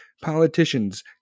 politicians